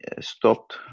stopped